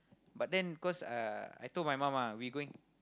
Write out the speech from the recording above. but then cause uh I told my mum ah we going